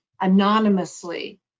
anonymously